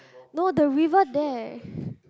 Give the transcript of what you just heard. no the river there